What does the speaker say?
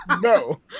No